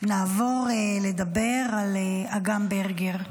נעבור לדבר על אגם ברגר.